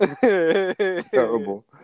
Terrible